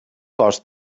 cost